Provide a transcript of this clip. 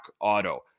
auto